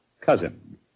cousin